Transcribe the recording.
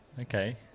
Okay